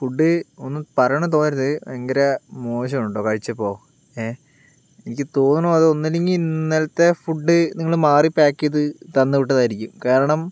food ഒന്നും പറയുന്നെന്ന് തോന്നരുത് ഭയങ്കര മോശം ആണ് കേട്ടോ കഴിച്ചപ്പോൾ എനിക്ക് തോന്നുന്നു അത് ഒന്നല്ലെങ്കിൽ ഇന്നലത്തെ ഫുഡ് നിങ്ങൾ മാറി പേക്ക് ചെയ്ത് തന്നു വിട്ടതായിരിക്കും കാരണം